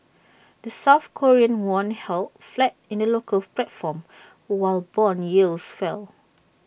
the south Korean won held flat in the local platform while Bond yields fell